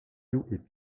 you